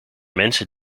mensen